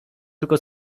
tylko